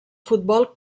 futbol